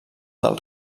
del